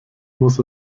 muss